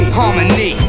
harmony